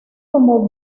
como